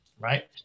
right